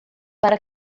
para